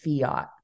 fiat